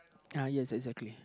uh yes exactly